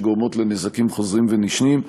שגורמות לנזקים חוזרים ונשנים.